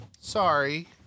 sorry